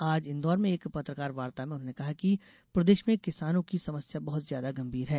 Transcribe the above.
आज इंदौर में एक पत्रकारवार्ता में उन्होंने कहा कि प्रदेश में किसानों की समस्या बहुत ज़्यादा गंभीर है